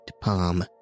palm